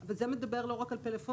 זה מדבר לא רק על פלאפונים,